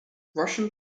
russian